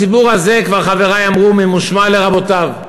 הציבור הזה, כבר חברי אמרו, ממושמע לרבותיו.